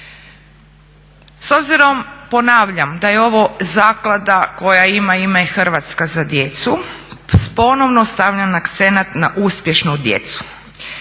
S obzirom, ponavljam da je ovo zaklada koja ima ime "Hrvatska za djecu" ponovno stavljam akcenat na uspješnu djecu.